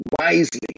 wisely